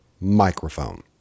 microphone